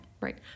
Right